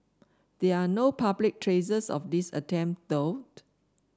there are no public traces of these attempt though